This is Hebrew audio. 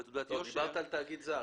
דיברת על תאגיד זר.